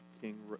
King